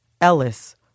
Ellis